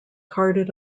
hearted